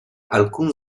alcun